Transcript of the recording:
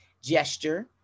gesture